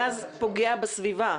גז פוגע בסביבה.